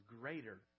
greater